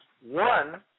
One